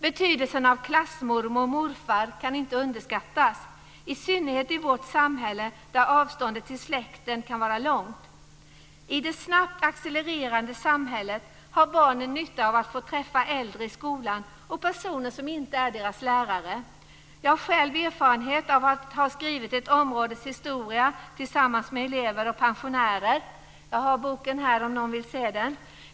Betydelsen av klassmormor eller klassmorfar kan inte underskattas, i synnerhet inte i vårt samhälle där avståndet till släkten kan vara långt. I det snabbt accelererande samhället har barnen nytta av att få träffa äldre i skolan och personer som inte är deras lärare. Jag har själv erfarenhet av att ha skrivit ett områdes historia tillsammans med elever och pensionärer - jag har boken här ifall någon vill se den.